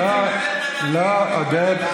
עודד,